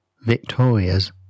Victoria's